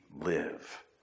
live